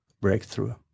breakthrough